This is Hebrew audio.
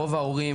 רוב ההורים,